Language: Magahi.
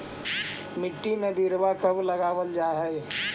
मिट्टी में बिरवा कब लगावल जा हई?